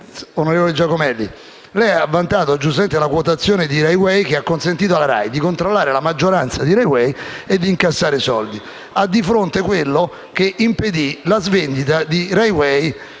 Giacomelli, lei ha vantato giustamente la quotazione di Rai Way, che ha consentito alla RAI di controllare la maggioranza di Rai Way e di incassare i soldi. Lei ha di fronte colui che impedì la svendita di Rai Way